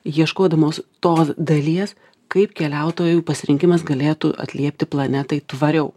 ieškodamos tos dalies kaip keliautojų pasirinkimas galėtų atliepti planetai tvariau